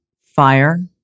fire